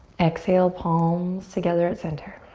exhale, palms together at center.